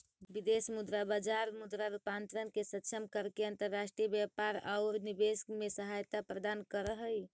विदेश मुद्रा बाजार मुद्रा रूपांतरण के सक्षम करके अंतर्राष्ट्रीय व्यापार औउर निवेश में सहायता प्रदान करऽ हई